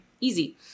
easy